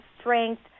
strength